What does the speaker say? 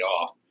off